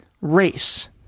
race